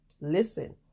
listen